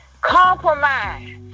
Compromise